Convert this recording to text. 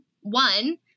one